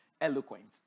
eloquent